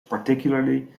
particularly